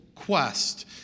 Quest